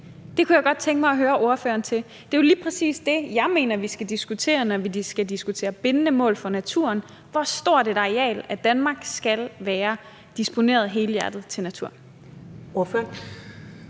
Det kunne jeg godt tænke mig at høre ordføreren om. Det er jo lige præcis det, jeg mener vi skal diskutere, når vi skal diskutere bindende mål for naturen: Hvor stort et areal af Danmark skal være disponeret helhjertet til natur? Kl.